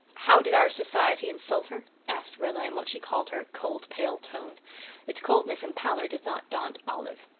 how did our society insult her? asked rilla, in what she called her cold-pale tone its coldness and pallor did not daunt olive.